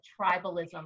tribalism